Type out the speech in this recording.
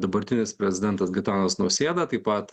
dabartinis prezidentas gitanas nausėda taip pat